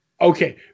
Okay